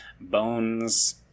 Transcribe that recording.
Bones